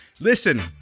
Listen